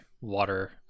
water